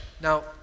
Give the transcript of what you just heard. Now